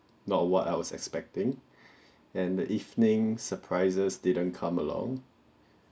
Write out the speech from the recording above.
not what I was expecting and the evening surprises didn't come along